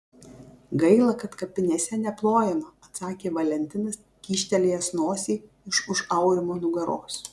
gaila kad kapinėse neplojama atsakė valentinas kyštelėjęs nosį iš už aurimo nugaros